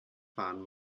fahren